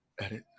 Edit